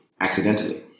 accidentally